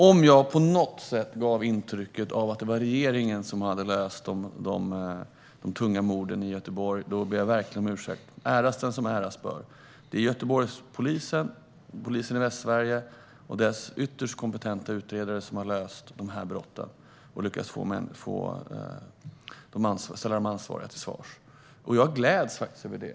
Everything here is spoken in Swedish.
Om jag på något sätt gav intrycket av att det var regeringen som hade löst de tunga morden i Göteborg ber jag verkligen om ursäkt. Äras den som äras bör! Det är Göteborgspolisen, polisen i Västsverige och deras ytterst kompetenta utredare som har löst brotten och lyckats ställa de ansvariga till svars. Jag gläds över det.